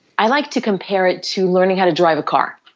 i like to compare it to learning how to drive a car.